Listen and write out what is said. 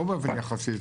לא באופן יחסי,